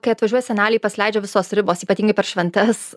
kai atvažiuoja seneliai pasileidžia visos ribos ypatingai per šventes